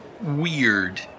weird